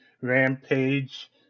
Rampage